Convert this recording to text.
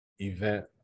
event